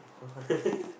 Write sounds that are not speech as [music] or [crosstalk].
[laughs]